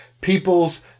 people's